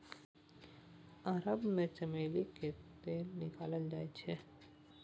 अरब मे चमेली केर तेल निकालल जाइ छै